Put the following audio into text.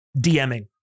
DMing